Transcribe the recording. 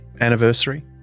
anniversary